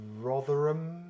Rotherham